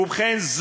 ובכן,